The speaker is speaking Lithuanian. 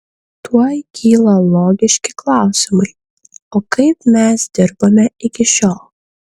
tuoj kyla logiški klausimai o kaip mes dirbome iki šiol